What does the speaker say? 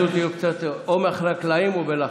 קצת יותר מאחורי הקלעים או בלחש.